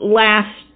last